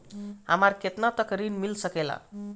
हमरा केतना तक ऋण मिल सके ला?